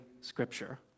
Scripture